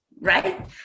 right